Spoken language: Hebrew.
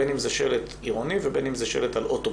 בין אם זה שלט עירוני ובין אם זה שלט על אוטובוס